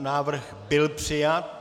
Návrh byl přijat.